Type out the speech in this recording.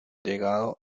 llegado